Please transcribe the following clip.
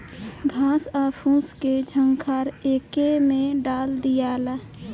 घास आ फूस के झंखार एके में डाल दियाला